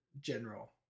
general